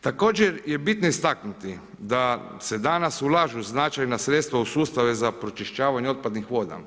Također je bitno istaknuti da se danas ulažu značajna sredstava u sustave za pročišćavanje otpadnih voda.